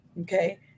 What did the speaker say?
Okay